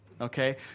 Okay